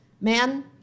man